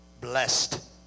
blessed